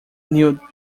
new